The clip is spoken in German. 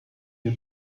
mir